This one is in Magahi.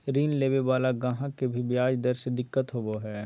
ऋण लेवे वाला गाहक के भी ब्याज दर से दिक्कत होवो हय